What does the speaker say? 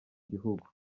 gihugu